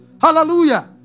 Hallelujah